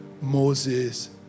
Moses